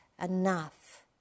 enough